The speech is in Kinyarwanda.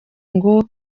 ngo